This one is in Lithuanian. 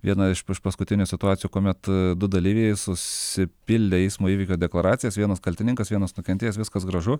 viena iš priešpaskutinių situacijų kuomet du dalyviai susipildė eismo įvykio deklaracijas vienas kaltininkas vienas nukentėjęs viskas gražu